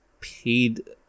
paid